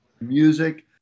Music